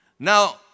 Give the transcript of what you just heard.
Now